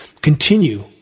continue